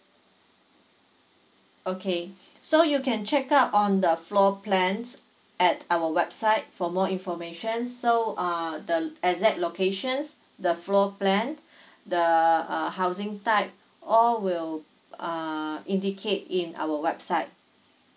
okay so you can check out on the floor plans at our website for more information so uh the exact locations the floor plan the uh housing type all will uh indicate in our website